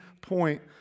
point